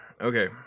Okay